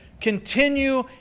Continue